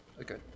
Okay